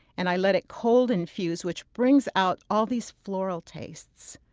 and i let it cold-infuse, which brings out all these floral tastes.